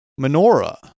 menorah